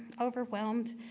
overwhelmed.